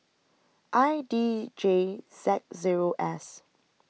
I D J Z Zero S